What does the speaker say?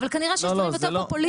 אבל כנראה שיש דברים יותר פופוליסטיים.